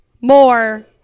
more